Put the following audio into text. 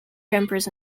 jumpers